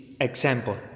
example